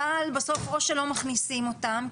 אבל בסוף או שלא מכניסים אותם,